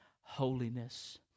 holiness